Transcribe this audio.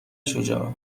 شجاع